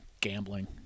gambling